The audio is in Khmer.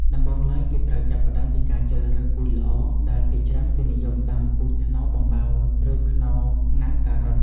ដំបូងឡើយ គេត្រូវចាប់ផ្តើមពីការជ្រើសរើសពូជល្អ ដែលភាគច្រើនគេនិយមដាំពូជខ្នុរបំបៅ ឬខ្នុរណាំងការ៉ុត។